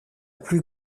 plus